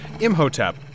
Imhotep